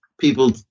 people